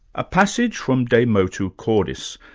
a passage from de mortu cordis,